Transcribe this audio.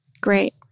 Great